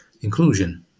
inclusion